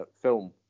film